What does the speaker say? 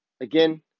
Again